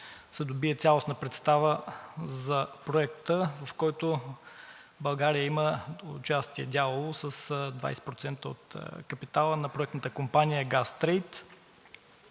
се добие цялостна представа за Проекта, в който България има дялово участие с 20% от капитала на проектната компания „Газтрейд“,